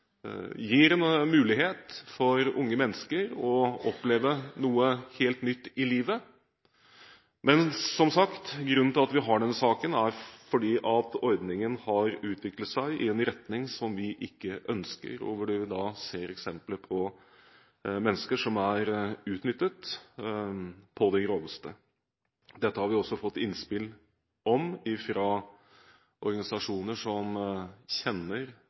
gir en mulighet for unge mennesker til å oppleve noe helt nytt i livet. Men – som sagt – grunnen til at vi behandler denne saken, er at ordningen har utviklet seg i en retning som vi ikke ønsker, og hvor vi har sett eksempler på at mennesker er blitt utnyttet på det groveste. Dette har vi fått innspill om fra organisasjoner som kjenner